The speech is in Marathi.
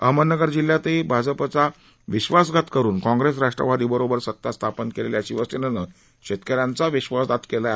अहमदनगर जिल्ह्यातही भाजपाचा विश्वासघात करून काँग्रेस राष्ट्वादी बरोबर सता स्थापन केलेल्या शिवसेनेने शेतक यांचा विश्वासघात केला आहे